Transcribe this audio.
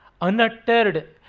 Unuttered